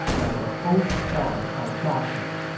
while the host stars are darkened.